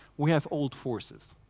we have old forces,